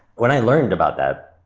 when i learned about that,